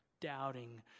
doubting